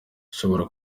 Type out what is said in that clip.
ushobora